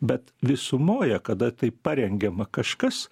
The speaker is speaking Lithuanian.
bet visumoje kada tai parengiama kažkas